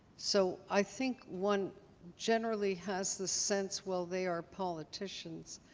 so i think one generally has the sense, well, they are politicians.